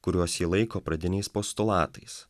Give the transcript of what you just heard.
kuriuos ji laiko pradiniais postulatais